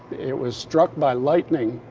it was struck by lightning.